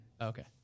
Okay